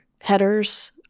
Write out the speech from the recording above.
headers